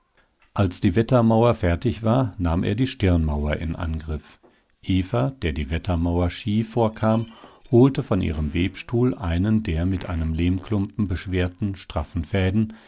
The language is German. als die wettermauer fertig war nahm er die stirnmauer in angriff eva der die wettermauer schief vorkam holte von ihrem webstuhl einen der mit einem lehmklumpen beschwerten straffen fäden